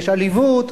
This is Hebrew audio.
יש עליבות,